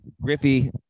Griffey